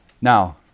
Now